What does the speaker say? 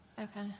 Okay